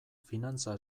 finantza